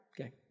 Okay